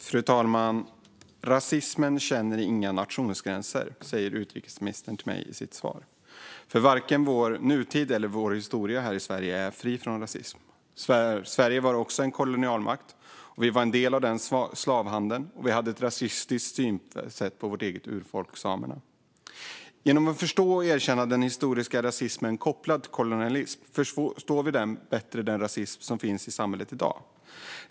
Fru talman! Rasismen känner inga nationsgränser, sa utrikesministern i sitt svar till mig. Varken vår nutid eller vår historia här i Sverige är fri från rasism. Sverige var också en kolonialmakt, vi var en del av slavhandeln och vi hade ett rasistiskt synsätt på vårt eget urfolk samerna. Genom att förstå och erkänna den historiska rasismen kopplad till kolonialismen förstår vi bättre den rasism som finns i samhället i dag.